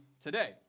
today